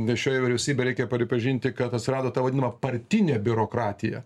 nes šioje vyriausybėj reikia pripažinti kad atsirado ta vadinama partinė biurokratija